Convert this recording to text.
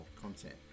content